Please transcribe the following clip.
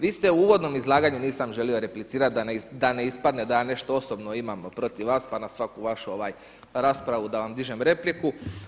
Vi ste u uvodnom izlaganju, nisam želio replicirati da ne ispadne da ja nešto osobno imam protiv vas pa na svaku vašu raspravu da vam dižem repliku.